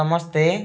ସମସ୍ତେ